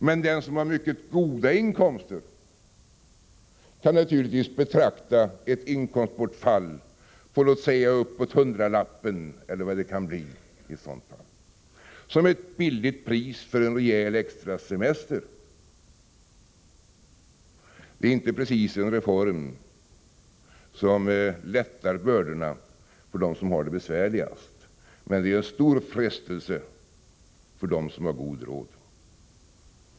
Men den som har mycket goda inkomster kan naturligtvis betrakta ett inkomstbortfall på uppåt hundralappen som ett billigt pris för en rejäl extrasemester. Detta är inte precis en reform som lättar bördorna för dem som har det besvärligast, men den innebär en stor frestelse för dem som har god råd.